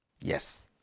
yes